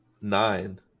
nine